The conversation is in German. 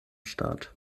start